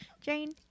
Jane